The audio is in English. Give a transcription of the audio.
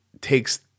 takes